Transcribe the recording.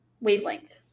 wavelength